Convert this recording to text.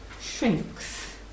shrinks